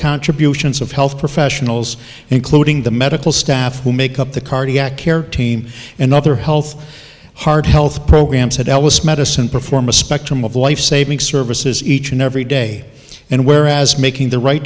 contributions of health professionals including the medical staff who make up the cardiac care team and other health heart health programs have medicine perform a spectrum of lifesaving services each and every day and where as making the right